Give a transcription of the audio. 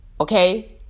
Okay